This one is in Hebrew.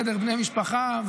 בני משפחה,